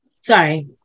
Sorry